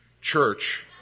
Church